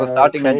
Starting